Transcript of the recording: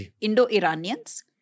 Indo-Iranians